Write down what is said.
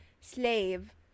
slave